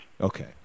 Okay